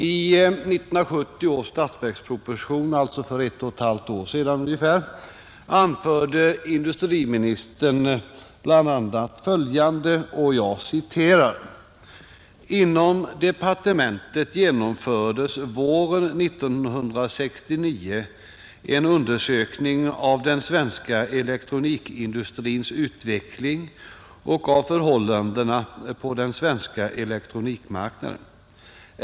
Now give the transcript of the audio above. I 1970 års statsverksproposition, alltså för ungefär ett och ett halvt år sedan, anförde inrikesministern bl.a. följande: ”Inom departementet genomfördes våren 1969 en undersökning av den svenska elektronikindustrins utveckling och av förhållandena på den svenska elektronikmarknaden.